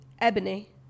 Ebony